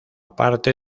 parte